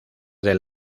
del